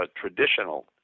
traditional